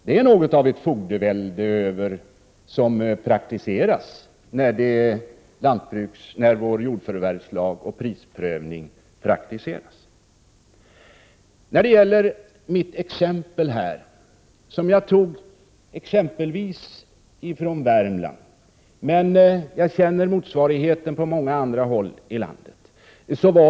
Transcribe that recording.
Det är något av ett fogdevälde när vår jordförvärvslag och prisprövning praktiseras. Jag tog här exempel från Värmland, men jag känner motsvarigheter på många andra håll i landet.